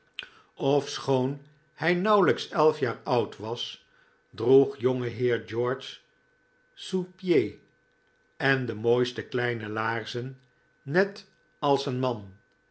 ofschoon hij nauwelijks elf jaar oud was droeg jongeheer george souspieds en de mooiste kleine laarzen net als een man